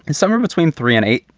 and somewhere between three and eight.